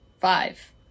five